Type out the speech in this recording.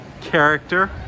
character